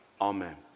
Amen